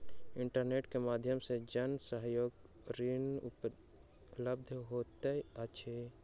internet के माध्यम से जन सहयोग ऋण उपलब्ध होइत अछि